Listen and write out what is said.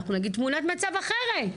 אנחנו נגיד תמונת מצב אחרת,